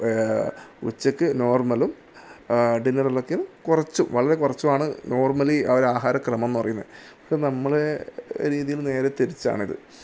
ഉച്ചക്ക് നോർമലും ഡിന്നറിനൊക്കെ കുറച്ചും വളരെ കുറച്ചുമാണ് നോർമലി അവരെ ആഹാരക്രമംന്ന് പറയുന്നത് ഇപ്പം നമ്മളുടെ രീതിയിൽ നിന്നും നേരെ തിരിച്ചാണിത്